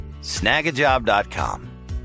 snagajob.com